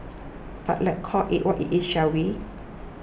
but let's call it what it is shall we